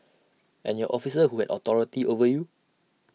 and your officer who had authority over you